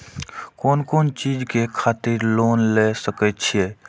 कोन कोन चीज के खातिर लोन ले सके छिए?